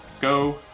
Go